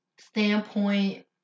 standpoint